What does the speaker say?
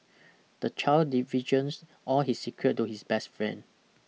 the child divulges all his secret to his best friend